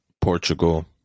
Portugal